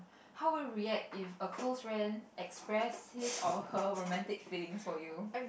how would you react if a close friend express his or her romantic feelings for you